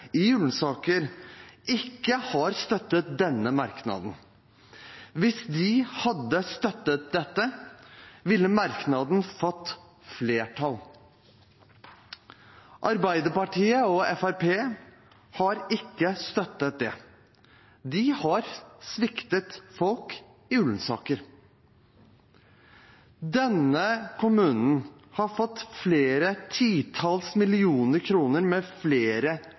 i Ullensaker, ikke har støttet denne merknaden. Hvis de hadde støttet dette, ville merknaden fått flertall. Arbeiderpartiet og Fremskrittspartiet har altså ikke støttet det. De har sviktet folk i Ullensaker. Denne kommunen har fått flere titalls millioner kroner med flere kostnader. Denne kommunen og andre som får flere